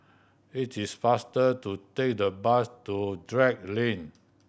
it is faster to take the bus to Drake Lane